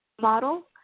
model